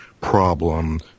problem